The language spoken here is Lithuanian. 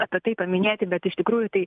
apie tai paminėti bet iš tikrųjų tai